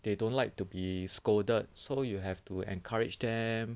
they don't like to be scolded so you have to encourage them